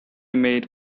made